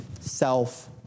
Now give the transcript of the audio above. self